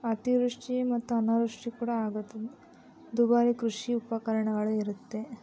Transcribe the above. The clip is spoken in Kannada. ಅತಿವೃಷ್ಟಿ ಮತ್ತು ಅನಾವೃಷ್ಟಿ ಕೂಡ ಆಗುತ್ತೆ ದುಬಾರಿ ಕೃಷಿ ಉಪಕರಣಗಳು ಇರುತ್ತೆ